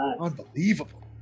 Unbelievable